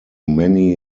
many